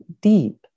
deep